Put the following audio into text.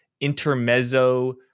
intermezzo